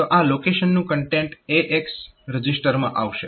તો આ લોકેશનનું કન્ટેન્ટ AX રજીસ્ટરમાં આવશે